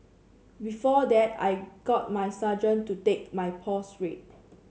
before that I got my surgeon to take my pulse rate